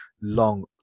long